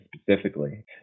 specifically